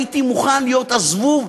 הייתי מוכן להיות הזבוב,